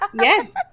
Yes